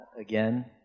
again